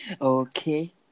Okay